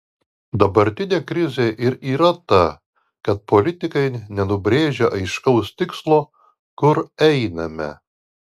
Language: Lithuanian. dabartinė krizė ir yra ta kad politikai nenubrėžia aiškaus tikslo kur einame